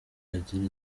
igira